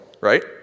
right